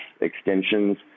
extensions